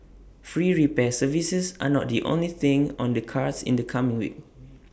free repair services are not the only thing on the cards in the coming week